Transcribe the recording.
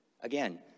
Again